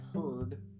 heard